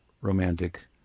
romantic